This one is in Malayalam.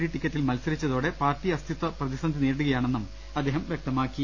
ഡി ടിക്കറ്റിൽ മത്സരിച്ചതോടെ പാർട്ടി അസ്ഥിത്വ പ്രതിസന്ധി നേരിടുകയാണെന്നും അദ്ദേഹം വൃക്തമാക്കി